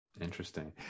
Interesting